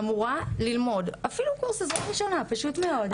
אמורה ללמוד ואפילו קורס עזרה ראשונה שזה פשוט מאוד.